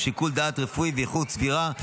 שיקול דעת רפואי ואיכות סבירה,